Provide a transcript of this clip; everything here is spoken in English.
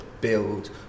build